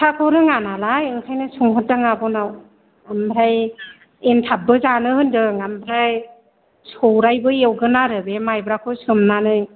फिथाखौ रोङा नालाय ओंखायनो सोंहरदों आब'नाव आमफ्राइ एनथाबबो जानो होनदों आमफ्राइ सौरायबो एवगोन आरो बे मायब्राखौ सोमनानै